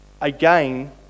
Again